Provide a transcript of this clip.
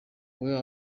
wewe